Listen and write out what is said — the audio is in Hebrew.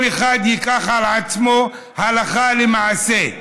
כל אחד ייקח על עצמו הלכה למעשה,